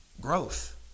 Growth